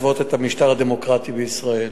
המשטר הדמוקרטי בישראל.